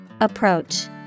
Approach